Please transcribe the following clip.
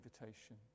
invitation